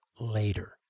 later